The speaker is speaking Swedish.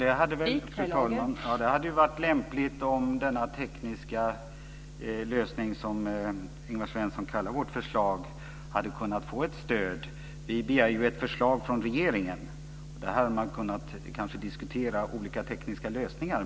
Fru talman! Det hade varit lämpligt om denna tekniska lösning, som Ingvar Svensson kallar vårt förslag, hade kunnat få ett stöd. Vi begär ju ett förslag från regeringen, och man hade kanske kunnat diskutera olika tekniska lösningar.